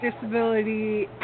Disability